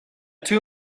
two